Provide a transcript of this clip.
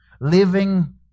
living